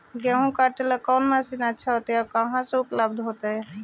गेहुआ काटेला कौन मशीनमा अच्छा होतई और ई कहा से उपल्ब्ध होतई?